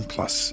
Plus